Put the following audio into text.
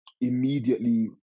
immediately